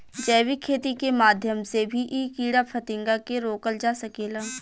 जैविक खेती के माध्यम से भी इ कीड़ा फतिंगा के रोकल जा सकेला